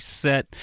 set